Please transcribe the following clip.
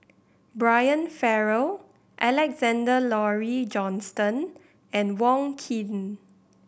Brian Farrell Alexander Laurie Johnston and Wong Keen